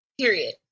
Period